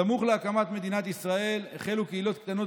סמוך להקמת מדינת ישראל החלו קהילות קטנות